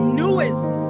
newest